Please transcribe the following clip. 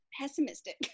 pessimistic